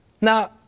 Now